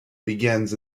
begins